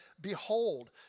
Behold